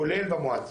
כולל במועצה,